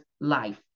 life